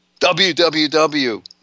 www